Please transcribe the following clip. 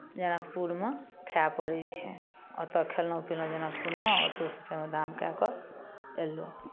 जनकपुरमे खाय पड़ै छै ओतय खयलहुँ पीलहुँ जनकपुरमे ओतयसँ फेरो धाम कए कऽ अयलहुँ